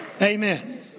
Amen